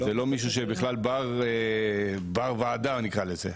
זה לא מישהו שבכלל בא ובוועדה נקרא לזה,